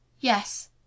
Yes